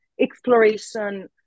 exploration